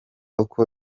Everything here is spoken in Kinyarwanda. uko